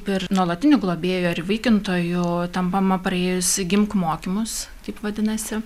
ir nuolatiniu globėju ar įvaikintoju tampama praėjus gimk mokymus taip vadinasi